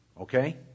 Okay